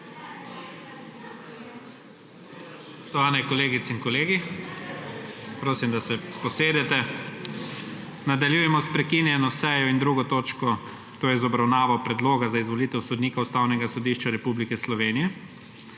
glasovanja o Predlogu za izvolitev sodnika Ustavnega sodišča Republike Slovenije.